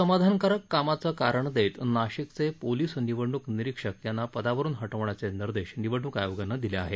असमाधानकारक कामाचं कारण देत नाशिकचे पोलीस निवडणुक निरीक्षक यांना पदावरुन हटवण्याचे निर्देश निवडणुक आयोगानं दिले आहेत